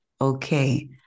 okay